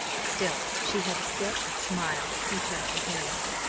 still she had to sit and smile and keep him from hearing them.